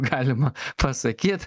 galima pasakyt